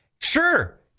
sure